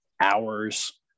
hours